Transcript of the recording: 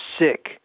sick